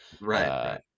Right